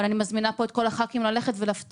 אבל אני מזמינה את כל חברי הכנסת לבקר בהפתעה,